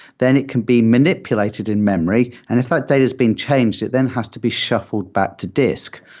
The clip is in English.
then it can be manipulated in memory. and if that data has been changed, it then has to be shuffled back to disk.